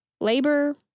labor